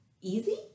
easy